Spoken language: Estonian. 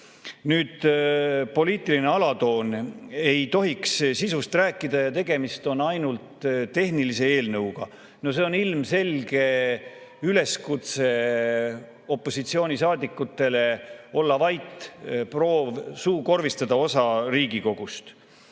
Nüüd, poliitiline alatoon. Ei tohiks sisust rääkida ja tegemist on ainult tehnilise eelnõuga. No see on ilmselge üleskutse opositsioonisaadikutele olla vait, see on proov suukorvistada osa Riigikogust.